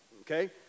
Okay